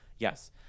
yes